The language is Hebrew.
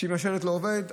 אם השלט לא עובד,